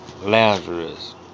Lazarus